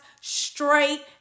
straight